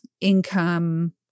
income